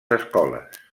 escoles